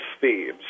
thieves